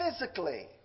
physically